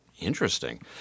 Interesting